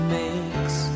makes